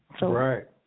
Right